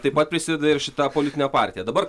taip pat prisideda ir šita politinė partija dabar